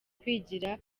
kwigira